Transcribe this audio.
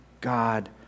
God